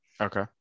Okay